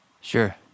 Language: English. Sure